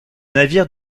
navire